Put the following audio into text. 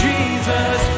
Jesus